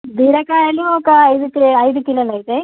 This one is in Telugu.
బీరకాయలు ఒక ఐదు కిలో ఐదు కిలోలు అవుతాయి